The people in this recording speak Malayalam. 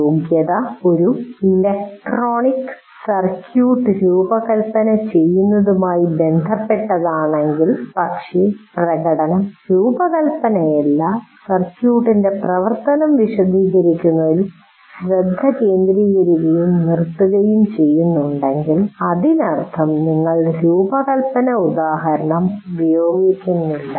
യോഗ്യത ഒരു ഇലക്ട്രോണിക് സർക്യൂട്ട് രൂപകൽപ്പന ചെയ്യുന്നതുമായി ബന്ധപ്പെട്ടതാണെങ്കിൽ പക്ഷേ പ്രകടനം രൂപകൽപ്പനയല്ല സർക്യൂട്ടിന്റെ പ്രവർത്തനം വിശദീകരിക്കുന്നതിൽ ശ്രദ്ധ കേന്ദ്രീകരിക്കുകയും നിർത്തുകയും ചെയ്യുന്നുവെങ്കിൽ അതിനർത്ഥം നിങ്ങൾ ഒരു രൂപകൽപ്പന ഉദാഹരണം ഉപയോഗിക്കുന്നില്ല